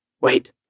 Wait